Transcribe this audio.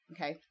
Okay